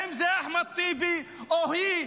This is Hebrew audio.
האם זה אחמד טיבי או היא,